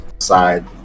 side